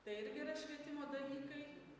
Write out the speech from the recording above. tai irgi yra švietimo dalykai